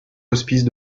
hospice